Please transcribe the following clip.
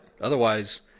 otherwise